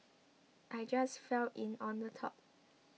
I just fell in on the top